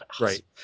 Right